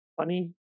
funny